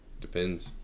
Depends